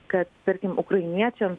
kad tarkim ukrainiečiams